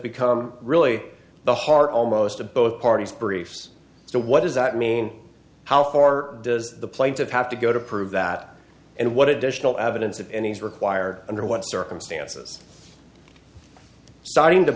become really the heart almost of both parties briefs so what does that mean how far does the plaintiff have to go to prove that and what additional evidence if any is required under what circumstances starting to